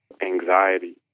anxiety